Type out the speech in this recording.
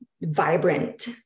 vibrant